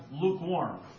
lukewarm